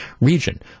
region